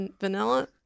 vanilla